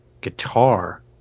guitar